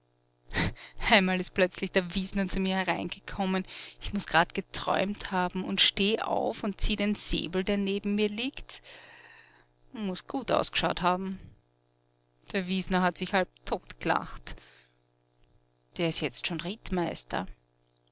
einmal ist plötzlich der wiesner zu mir hereingekommen ich muß grad geträumt haben und steh auf und zieh den säbel der neben mir liegt muß gut ausgeschaut haben der wiesner hat sich halbtot gelacht der ist jetzt schon rittmeister